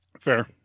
Fair